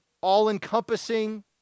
all-encompassing